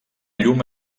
llum